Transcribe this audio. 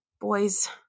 boys